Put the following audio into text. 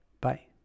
bye